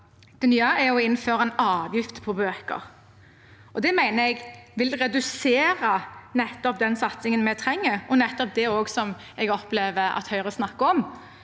i år, er å innføre en avgift på bøker. Det mener jeg vil redusere nettopp den satsingen vi trenger, og det jeg opplever at Høyre snakker om.